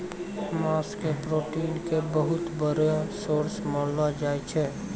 मांस के प्रोटीन के बहुत बड़ो सोर्स मानलो जाय छै